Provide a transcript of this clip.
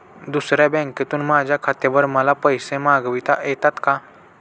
दुसऱ्या बँकेतून माझ्या खात्यावर मला पैसे मागविता येतात का?